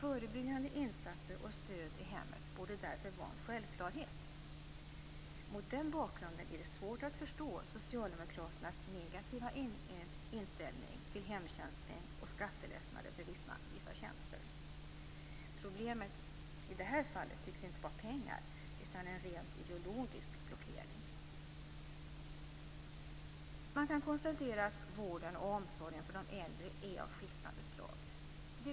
Förebyggande insatser och stöd i hemmet borde därför vara en självklarhet. Mot den bakgrunden är det svårt att förstå Socialdemokraternas negativa inställning till "hemtjänstpeng" och skattelättnader för vissa tjänster. Problemet i detta fall tycks inte vara pengar utan en rent ideologisk blockering. Man kan konstatera att vården och omsorgen för de äldre är av skiftande slag.